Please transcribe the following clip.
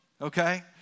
Okay